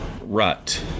rut